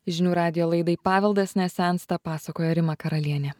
žinių radijo laidai paveldas nesensta pasakoja rima karalienė